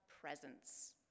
presence